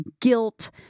guilt